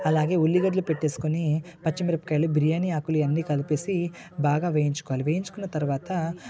అలాగే ఉల్లిగడ్డలు పెట్టుకుని పచ్చిమిరపకాయలు బిర్యానీ ఆకులు ఇవన్నీ కలిపేసి బాగా వేయించుకోవాలి వేయించుకున్న తర్వాత